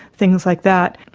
things like that.